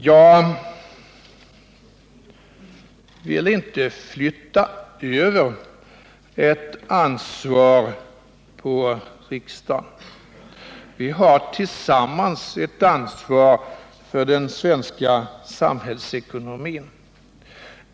Jag vill inte flytta över ett ansvar på riksdagen. Vi har tillsammans ett ansvar för den svenska samhällsekonomin.